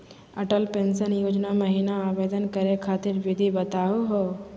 Atal pension योजना महिना आवेदन करै खातिर विधि बताहु हो?